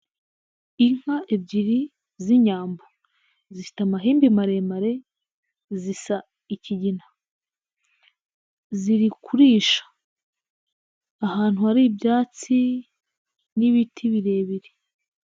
Inka ebyiri z'inyambo zifite amahembe maremare zisa ikigina, ziri kurisha ahantu hari ibyatsi n'ibiti birebire.